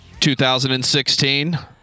2016